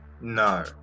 No